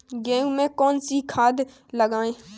गेहूँ में कौनसी खाद लगाएँ?